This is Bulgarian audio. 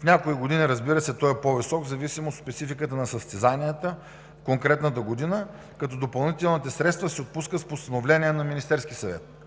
В някои години, разбира се, той е по-висок в зависимост от спецификата на състезанията, конкретната година, като допълнителните средства се отпускат с постановление на Министерския съвет.